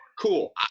cool